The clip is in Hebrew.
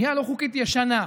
בנייה לא חוקית ישנה,